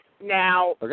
Now